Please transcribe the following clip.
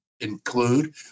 include